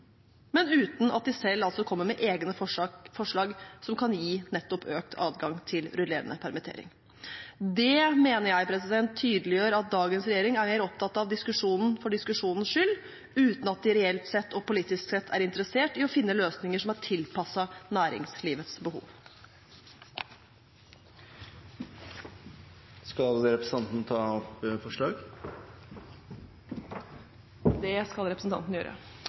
men uten at de selv kommer med egne forslag som kan gi nettopp økt adgang til rullerende permittering. Det mener jeg tydeliggjør at dagens regjering er opptatt av diskusjonen for diskusjonens skyld, uten at de reelt og politisk sett er interessert i å finne løsninger som er tilpasset næringslivets behov. Skal representanten ta opp forslag? Det skal representanten gjøre.